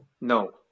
No